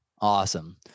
Awesome